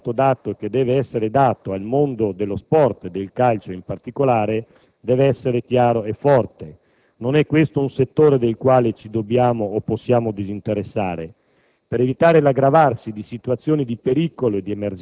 In conclusione, ritengo però che il segnale politico che è stato dato e deve essere dato al mondo dello sport, e del calcio in particolare, deve essere chiaro e forte. Non è questo un settore del quale ci dobbiamo o possiamo disinteressare.